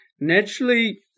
naturally